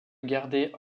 garder